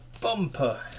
bumper